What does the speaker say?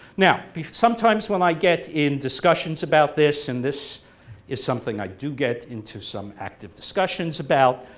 now sometimes when i get in discussions about this, and this is something i do get into some active discussions about,